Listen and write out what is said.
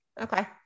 Okay